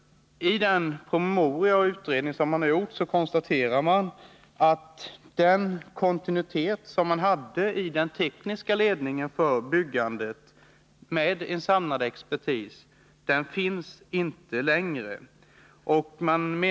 I utredningen konstaterar man att den kontinuitet som man tidigare hade i den tekniska ledningen för byggandet, med en samlad expertis, nu inte längre finns.